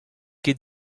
ket